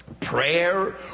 prayer